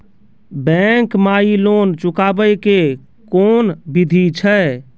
Bank माई loan चुकाबे के कोन बिधि छै?